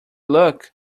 luck